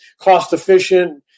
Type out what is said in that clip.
cost-efficient